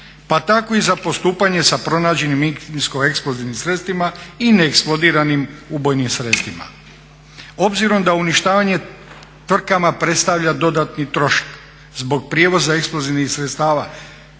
pa tako i za postupanje sa pronađenim minsko-eksplozivnim sredstvima i neeksplodiranim ubojnim sredstvima. Obzirom da uništavanje tvrtkama predstavlja dodatni trošak zbog prijevoza eksplozivnih sredstava,